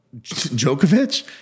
Djokovic